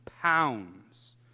pounds